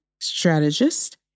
strategist